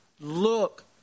look